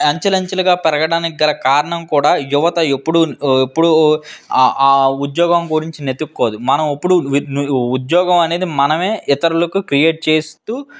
అంచలంచలుగా పెరగడానికి గల కారణం కూడా యువత ఎప్పుడు ఎప్పుడు ఆ ఆ ఉద్యోగం గురించి వెతుక్కోదు మనం ఇప్పుడు ఉద్యోగం అనేది మనమే ఇతరులకు క్రియేట్ చేస్తు